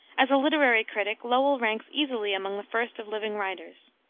as a literary critic lowell ranks easily among the first of living writers.